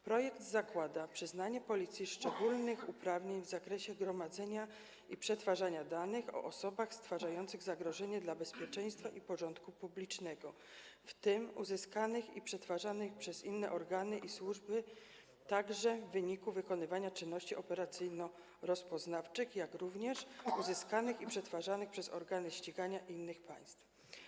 Projekt zakłada przyznanie Policji szczególnych uprawnień w zakresie gromadzenia i przetwarzania danych o osobach stwarzających zagrożenie dla bezpieczeństwa i porządku publicznego, w tym uzyskanych i przetwarzanych przez inne organy i służby, także w wyniku wykonywania czynności operacyjno-rozpoznawczych, jak również uzyskanych i przetwarzanych przez organy ścigania innych państw.